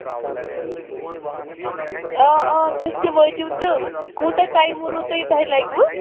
تُہۍ تہِ وٲتِو تہٕ کوٗتاہ ٹایم ووٚنوٕ تُہۍ تۄہہِ لَگوٕ